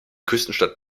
küstenstadt